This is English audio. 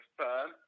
firm